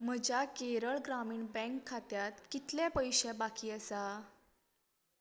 म्हज्या केरळ ग्रामीण बँक खात्यांत कितले पयशे बाकी आसात